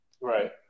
Right